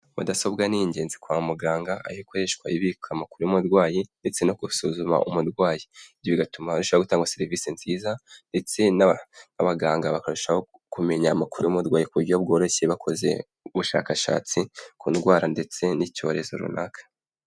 Mudasobwa ni ingenzi kwa muganga, aho ikoreshwa ibika amakuru y'umurwayi, ndetse no gusuzuma umurwayi. Ibyo bigatuma barushaho gutanga serivisi nziza, ndetse abaganga bakarushaho kumenya amakuru y'umurwayi ku buryo bworoshye bakoze ubushakashatsi ku ndwara, ndetse n'icyorezo runaka.